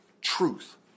truth